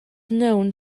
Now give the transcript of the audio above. known